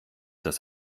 das